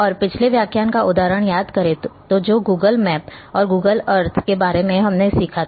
और पिछले व्याख्यान का उदाहरण याद करें जो गूगल मैप और गूगल अर्थ के बारे में हमने सीखा था